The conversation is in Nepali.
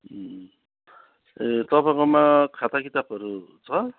ए तपाईँकोमा खाता किताबहरू छ